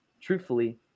Truthfully